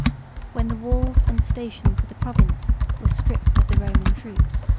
when the walls and stations of the province were stripped of the roman troops.